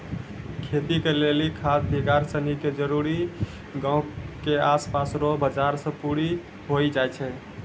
खेती के लेली खाद बिड़ार सनी के जरूरी गांव के आसपास रो बाजार से पूरी होइ जाय छै